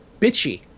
bitchy